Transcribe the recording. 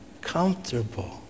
comfortable